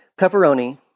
pepperoni